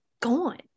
gone